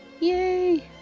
Yay